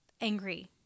angry